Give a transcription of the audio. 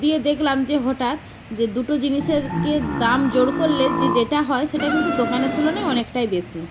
দিয়ে দেখলাম যে হঠাৎ যে দুটো জিনিসেরকে দাম জোর করলে যে যেটা হয় সেটা কিন্তু দোকানের তুলনায় অনেকটাই বেশি